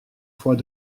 fois